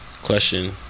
Question